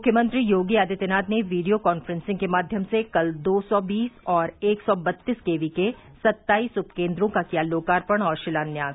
मुख्यमंत्री योगी आदित्यनाथ ने video conferencing के माध्यम से कल दो सौ बीस और एक सौ बत्तीस केवी के सत्ताइस उपकेन्द्रों का किया लोकार्पण और शिलान्यास